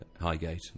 Highgate